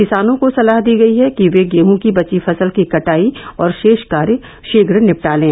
किसानों को सलाह दी गयी है कि वे गेहं की बची फसल की कटाई और शेष कार्य शीघ्र निपटा लें